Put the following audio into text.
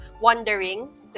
wondering